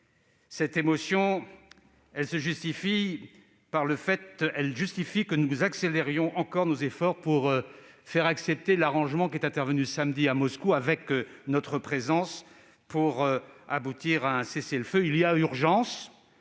Cette émotion, elle justifie que nous accentuions encore nos efforts pour faire accepter l'arrangement qui est intervenu samedi à Moscou, en notre présence, pour aboutir à un cessez-le-feu. Il y a urgence,